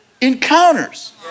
encounters